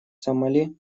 сомали